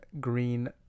green